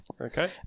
Okay